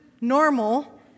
normal